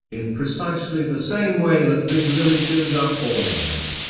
in precisely the same way that visual images are formed.